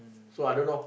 so I don't know